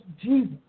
Jesus